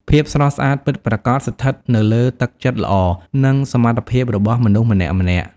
ភាពស្រស់ស្អាតពិតប្រាកដស្ថិតនៅលើទឹកចិត្តល្អនិងសមត្ថភាពរបស់មនុស្សម្នាក់ៗ។